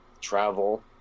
travel